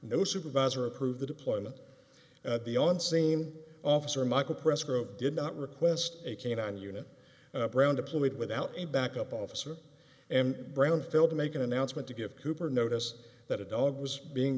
no supervisor approved the deployment at the on seem officer michael press group did not request a canine unit brown deployed without a backup officer and brown failed to make an announcement to give cooper notice that a dog was being